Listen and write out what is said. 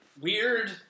Weird